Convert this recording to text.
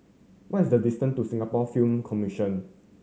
what is the distance to Singapore Film Commission